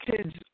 Kids